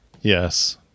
yes